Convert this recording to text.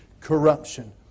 corruption